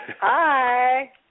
Hi